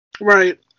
Right